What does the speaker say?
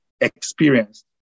experienced